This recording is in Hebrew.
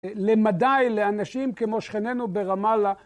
למדי לאנשים כמו שכננו ברמאללה.